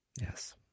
Yes